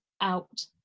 out